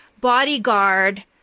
bodyguard